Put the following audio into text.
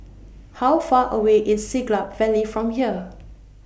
How Far away IS Siglap Valley from here